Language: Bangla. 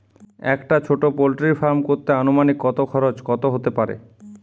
একটা ছোটো পোল্ট্রি ফার্ম করতে আনুমানিক কত খরচ কত হতে পারে?